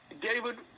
David